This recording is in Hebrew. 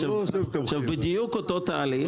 זה בדיוק אותו תהליך,